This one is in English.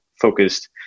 focused